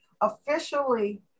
Officially